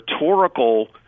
rhetorical